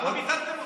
למה ביטלתם אותו?